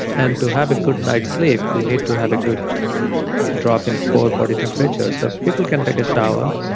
and to have a good night's sleep, we need to have a good drop in cold body temperature. sort of people can take a shower,